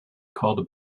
called